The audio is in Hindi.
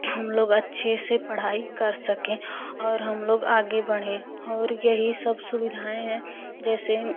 हम लोग अच्छे से पढ़ाई कर सकें और हम लोग आगे बढ़ें और यही सब सुविधाएँ हैं जैसे